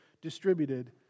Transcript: distributed